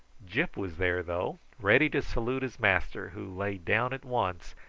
gyp was there though, ready to salute his master, who lay down at once,